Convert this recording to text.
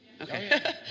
Okay